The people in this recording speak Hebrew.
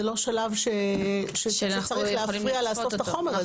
זה לא שלב שצריך להפריע לאסוף את החומר הזה.